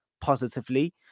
positively